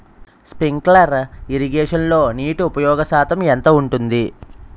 Sprinkler ఇరగేషన్లో నీటి ఉపయోగ శాతం ఎంత ఉంటుంది?